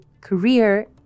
career